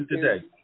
today